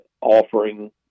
offering